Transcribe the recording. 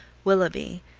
willoughby,